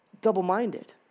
double-minded